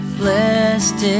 blessed